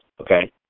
Okay